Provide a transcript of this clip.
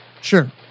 Sure